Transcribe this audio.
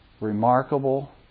remarkable